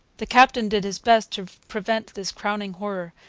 the captain did his best to prevent this crowning horror.